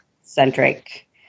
centric